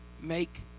make